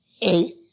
eight